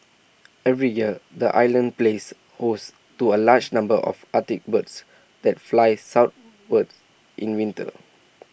every year the island plays host to A large number of Arctic birds that fly southwards in winter